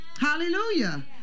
Hallelujah